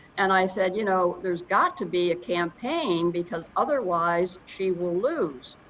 and i said, you know there's got to be a campaign because otherwise she will lose.